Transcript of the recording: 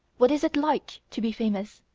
what is it like to be famous?